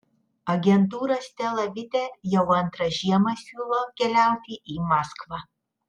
agentūra stela vite jau antrą žiemą siūlo keliauti į maskvą